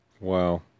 Wow